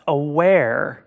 aware